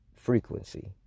frequency